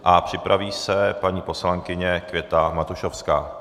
A připraví se paní poslankyně Květa Matušovská.